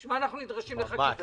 בשביל מה אנחנו נדרשים לחקיקה?